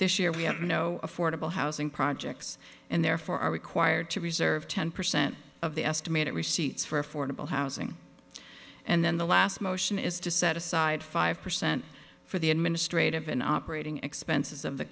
this year we have no affordable housing projects and therefore are required to preserve ten percent of the estimated receipts for affordable housing and then the last motion is to set aside five percent for the administrative an operating expenses of the